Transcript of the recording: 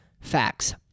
facts